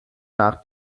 nach